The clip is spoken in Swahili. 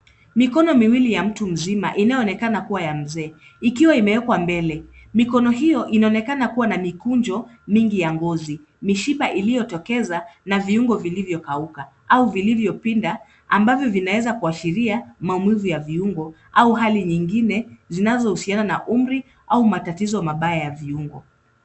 Mikono miwili ya mtu mzima inayoonekana kuwa ya mzee ikiwa imewekwa mbele. Mikono hiyo inaonekana kuwa na mikunjo mingi ya ngozi. Mishipa iliyotokeza na viungo vilivyo kauka au vilivyopinda ambavyo vinaweza kuashiria maumivu ya viungo au hali nyingine zinazohusiana na umri au matatizo mabaya ya viungo.